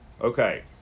Okay